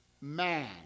man